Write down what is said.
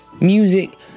music